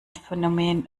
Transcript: phänomen